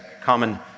common